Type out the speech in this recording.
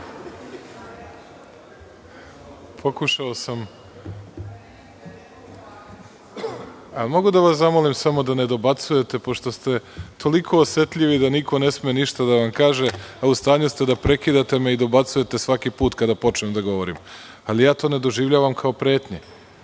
Pokušao sam…Mogu li da vas zamolim samo da ne dobacujete, pošto ste toliko osetljivi da niko ne sme ništa da vam kaže, a u stanju ste da me prekidate i dobacujete svaki put kada počnem da govorim. Ali, ja to ne doživljavam kao pretnje.